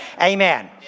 Amen